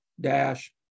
dash